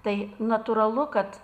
tai natūralu kad